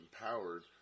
empowered